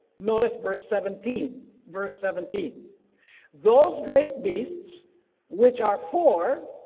notice verse seventeen verse seventeen those great beasts which are four,